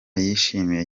yishimiye